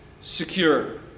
secure